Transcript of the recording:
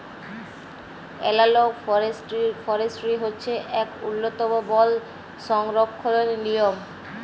এলালগ forestry হছে ইক উল্ল্যতম বল সংরখ্খলের লিয়ম